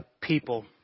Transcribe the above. people